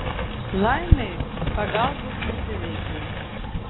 laimei pagalbos neprireikė